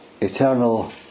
eternal